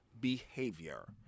behavior